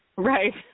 Right